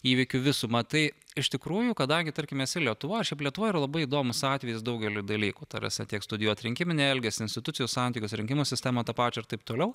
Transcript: įvykių visumą tai iš tikrųjų kadangi tarkim esi lietuvoj šiaip lietiva yra labai įdomus atvejis daugeliu dalykų ta prasme tiek studijuot rinkiminį elgesį institucijų santykius rinkimų sistemą tą pačią ir taip toliau